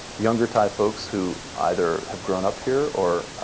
younger thai folks who either have grown up here or